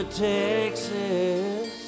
Texas